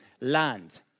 land